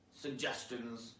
suggestions